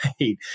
right